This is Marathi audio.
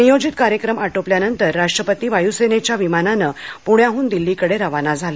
नियोजित कार्यक्रम आटोपल्यावर राष्ट्रपतीं वायुसेनेच्या विमानानं पुण्याहून दिल्लीकडे रवाना झाले